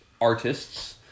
artists